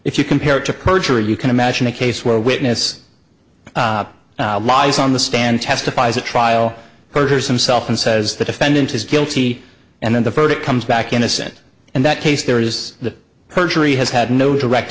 if you compare it to perjury you can imagine a case where a witness lies on the stand testifies a trial perjures himself and says the defendant is guilty and then the verdict comes back innocent and that case there is the perjury has had no direct